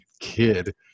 kid